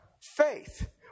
faith